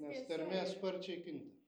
nes tarmė sparčiai kinta